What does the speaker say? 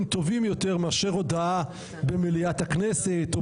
טובים יותר מאשר הודעה במליאת הכנסת או